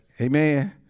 Amen